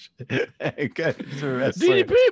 DDP